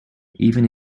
even